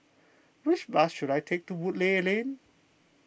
which bus should I take to Woodleigh Lane